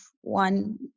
one